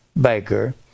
baker